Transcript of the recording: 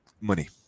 money